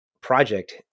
project